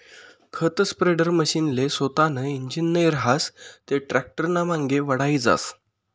खत स्प्रेडरमशीनले सोतानं इंजीन नै रहास ते टॅक्टरनामांगे वढाई जास